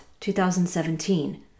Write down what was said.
2017